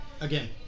Again